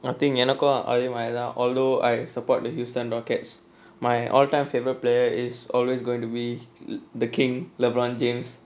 I think எனக்கும் அதே மாரிதான்:enakkum athae maarithaan although I support the houston rockets my all time favourite player is always going to be the king lebron james